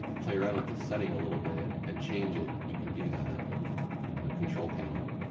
play around with this setting a little bit and change it. you can do that in the control panel